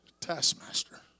taskmaster